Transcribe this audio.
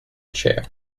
chair